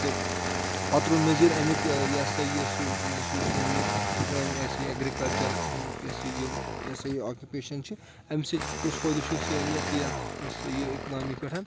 تہٕ پَتہٕ روٗد مٔزیٖد اَمیٛک یہِ ہَسا یہِ سُہ یُس یہِ سون یہِ ایٚگرِکَلچَر أمیٛک یہِ ہسا یہِ یہِ ہَسا یہِ آواکپیشَن چھِ اَمہِ سۭتۍ کُس فٲیدٕ چھُ یَتھ ہَسا یہِ اِکنامی پٮ۪ٹھ